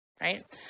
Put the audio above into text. right